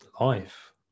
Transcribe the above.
life